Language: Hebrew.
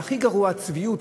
והכי גרוע זה הצביעות,